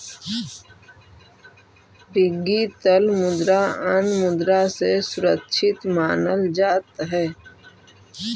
digital मुद्रा अन्य मुद्रा से सुरक्षित मानल जात हई